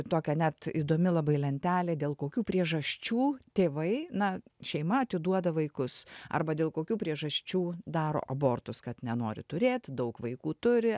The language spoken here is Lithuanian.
tokią net įdomi labai lentelė dėl kokių priežasčių tėvai na šeima atiduoda vaikus arba dėl kokių priežasčių daro abortus kad nenori turėt daug vaikų turi